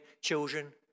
children